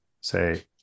say